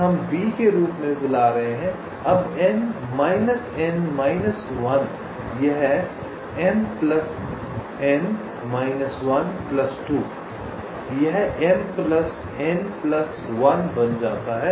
यह हम B के रूप में बुला रहे हैं अब यह बन जाता है